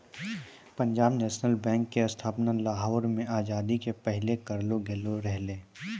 Punjab National Bank के स्थापना लाहौर मे आजादी के पहिले करलो गेलो रहै